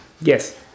Yes